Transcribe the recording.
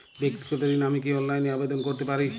ব্যাক্তিগত ঋণ আমি কি অনলাইন এ আবেদন করতে পারি?